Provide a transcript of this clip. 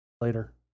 later